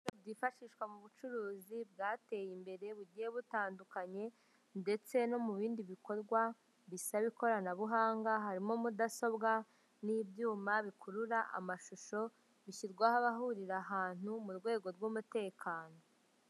Byifashishwa mu bucuruzi bwateye imbere bugiye butandukanye, ndetse no mu bindi bikorwa bisaba ikoranabuhanga harimo mudasobwa n'ibyuma bikurura amashusho bishyirwa, ho abahurira ahantu mu rwego rw'umutekano.